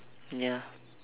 ya